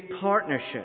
partnership